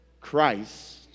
Christ